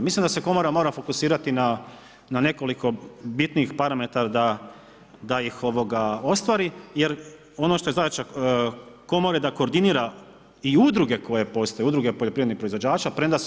Mislim da se komora mora fokusirati na nekoliko bitnijih parametara da ih ostvari jer ono što je zadaća komore je da koordinira i udruge koje postoje, udruge poljoprivrednih proizvođača, premda